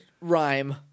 rhyme